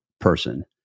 person